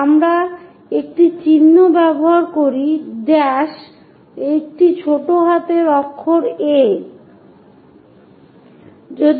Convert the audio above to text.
আমরা একটি চিহ্ন ব্যবহার করি ড্যাশ একই ছোট হাতের অক্ষর a